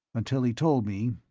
until he told me,